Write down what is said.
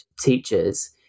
teachers